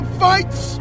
fights